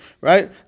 right